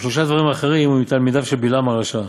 ושלושה דברים אחרים, הוא מתלמידיו של בלעם הרשע: